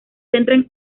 centran